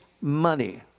money